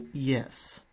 yes,